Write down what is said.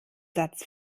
satz